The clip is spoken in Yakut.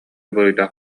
буруйдаах